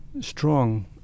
strong